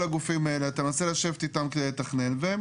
כל הגופים האלה אתה מנסה לשבת איתם כדי לתכנן והם